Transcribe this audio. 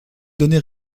donner